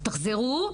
תחזרו,